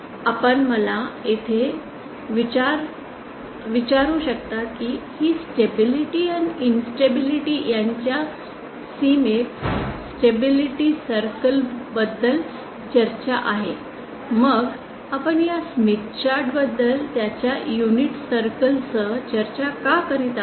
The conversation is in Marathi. आपण मला येथे विचारू शकता की ही स्टेबिलिटी आणि अनन्स्टेबिलिटी यांच्या सीमेत स्टेबिलिटी सर्कल बद्दल चर्चा आहे मग आपण या स्मिथ चार्ट बद्दल त्याच्या युनिट सर्कल सह चर्चा का करीत आहोत